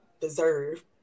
deserve